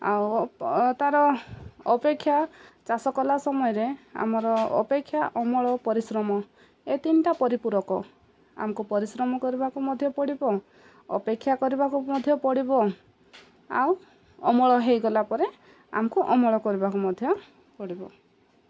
ଆଉ ତା'ର ଅପେକ୍ଷା ଚାଷ କଲା ସମୟରେ ଆମର ଅପେକ୍ଷା ଅମଳ ପରିଶ୍ରମ ଏ ତିନିଟା ପରିପୂରକ ଆମକୁ ପରିଶ୍ରମ କରିବାକୁ ମଧ୍ୟ ପଡ଼ିବ ଅପେକ୍ଷା କରିବାକୁ ମଧ୍ୟ ପଡ଼ିବ ଆଉ ଅମଳ ହେଇଗଲା ପରେ ଆମକୁ ଅମଳ କରିବାକୁ ମଧ୍ୟ ପଡ଼ିବ